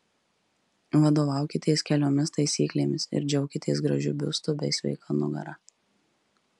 vadovaukitės keliomis taisyklėmis ir džiaukitės gražiu biustu bei sveika nugara